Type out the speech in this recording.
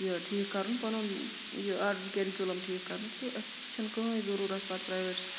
یہِ ٹھیٖک کَرُن پَنُن یہِ آرڈر کیرِکیوٗلَم ٹھیٖک کَرنُک تہٕ اَسہِ چھَنہٕ کٕہٕنۍ ضٔروٗرت پَتہٕ پرٛیویٹس